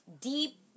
deep